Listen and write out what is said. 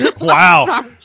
wow